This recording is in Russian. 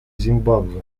зимбабве